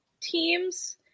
teams